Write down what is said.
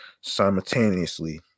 simultaneously